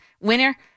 winner